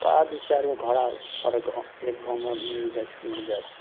ओएह दू चारि गो घोड़ा हरेक एक गाँवमे मिल जाएत तऽ मिल जाएत